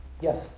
Yes